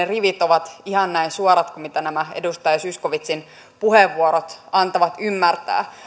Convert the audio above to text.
rivit ovat ihan näin suorat kuin mitä nämä edustaja zyskowiczin puheenvuorot antavat ymmärtää